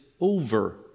over